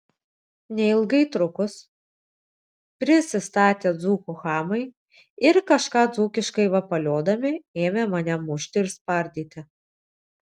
neilgai trukus prisistatė dzūkų chamai ir kažką dzūkiškai vapaliodami ėmė mane mušti ir spardyti